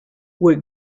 were